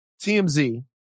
TMZ